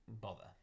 bother